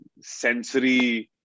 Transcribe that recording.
sensory